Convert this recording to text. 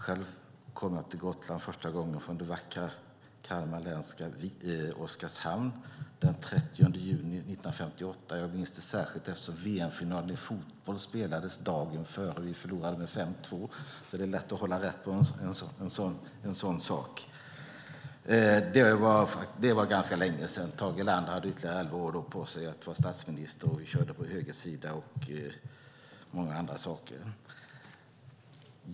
Själv kom jag till Gotland första gången från det vackra kalmarlänska Oskarshamn den 30 juni 1958. Jag minns det särskilt eftersom VM-finalen i fotboll spelades dagen före och vi förlorade med 5-2, så det är lätt att hålla reda på detta. Det var ganska länge sedan. Tage Erlander hade då ytterligare elva år på sig att vara statsminister, vi körde på vänster sida och så vidare.